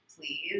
please